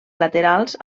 laterals